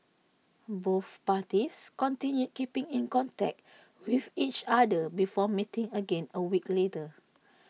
both parties continued keeping in contact with each other before meeting again A week later